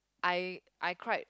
I I cried